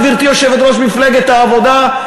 גברתי יושבת-ראש מפלגת העבודה,